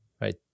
right